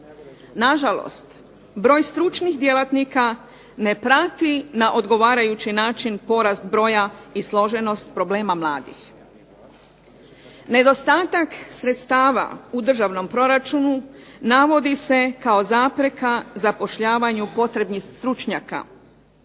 Nažalost, broj stručnih djelatnika ne prati na odgovarajući način porast broja i složenost problema mladih. Nedostatak sredstava u državnom proračunu navodi se kao zapreka zapošljavanju potrebnih stručnjaka.